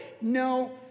No